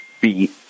beat